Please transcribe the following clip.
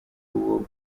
uwo